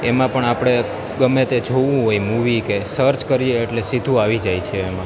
એમાં પણ આપણે ગમે તે જોવું હોય મૂવી કે સર્ચ કરીએ એટલે સીધું આવી જાય છે એમાં